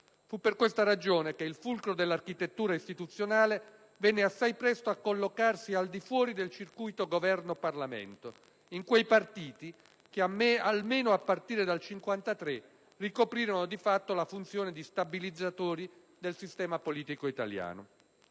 Fu per questa ragione che il fulcro dell'architettura istituzionale venne assai presto a collocarsi al di fuori del circuito Governo-Parlamento, in quei partiti che almeno a partire dal 1953 ricoprirono di fatto la funzione di "stabilizzatori" del sistema politico italiano.